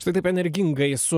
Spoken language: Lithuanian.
štai taip energingai su